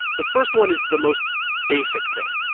the first one is the most basic thing,